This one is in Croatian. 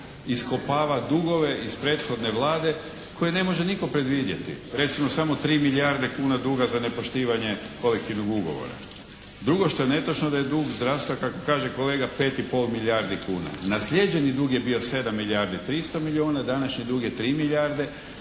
iskopava dugove iz prethodne Vlade koje ne može nitko predvidjeti. Recimo, samo 3 milijarde kuna duga za nepoštivanje kolektivnog ugovora. Drugo što je netočno da je dug zdravstva kako kaže kolega 5,5 milijardi kuna. Naslijeđeni dug je bio 7 milijardi 300 milijuna, današnji dug je 3 milijarde